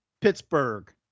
Pittsburgh